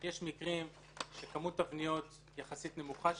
יש מקרים של כמות תבניות יחסית נמוכה,